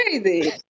crazy